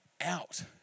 out